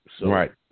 Right